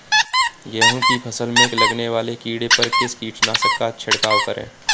गेहूँ की फसल में लगने वाले कीड़े पर किस कीटनाशक का छिड़काव करें?